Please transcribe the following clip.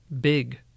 Big